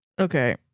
Okay